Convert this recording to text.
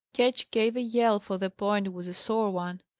ketch gave a yell, for the point was a sore one.